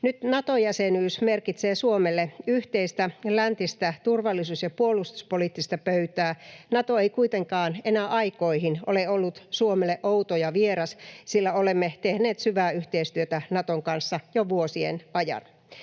Nyt Nato-jäsenyys merkitsee Suomelle yhteistä läntistä turvallisuus- ja puolustuspoliittista pöytää. Nato ei kuitenkaan enää aikoihin ole ollut Suomelle outo ja vieras, sillä olemme tehneet syvää yhteistyötä Naton kanssa jo vuosien ajan.